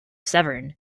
severn